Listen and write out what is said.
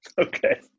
Okay